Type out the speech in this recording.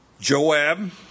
Joab